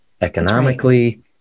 Economically